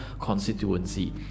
constituency